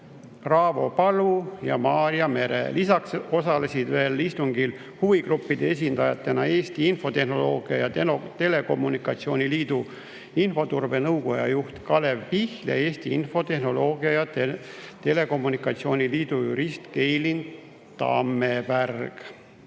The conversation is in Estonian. Raavo Palu ja nõunik Maarja Mere. Lisaks osalesid istungil huvigruppide esindajatena Eesti Infotehnoloogia ja Telekommunikatsiooni Liidu infoturbe nõukoja juht Kalev Pihl ning Eesti Infotehnoloogia ja Telekommunikatsiooni Liidu jurist Keilin Tammepärg.